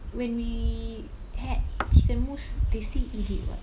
when we had chicken mousse they still eat it [what]